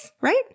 right